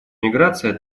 миграция